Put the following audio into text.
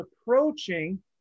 approaching